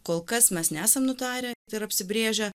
kol kas mes nesam nutarę ir apsibrėžę